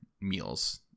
meals